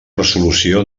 resolució